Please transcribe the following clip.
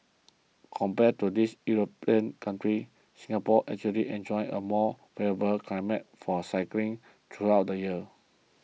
compared to these European countries Singapore actually enjoys a more favourable climate for cycling throughout the year